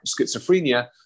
schizophrenia